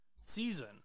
season